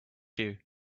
you